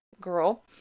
girl